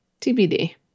TBD